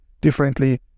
differently